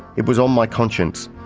it was on my conscience.